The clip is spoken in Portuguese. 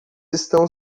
estão